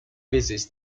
visits